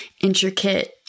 intricate